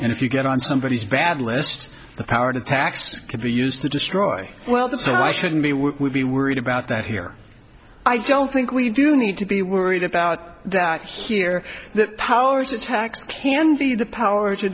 and if you get on somebody's bad list the power to tax can be used to destroy well the so i shouldn't be we be worried about that here i don't think we do need to be worried about that here the power to tax payer and be the power to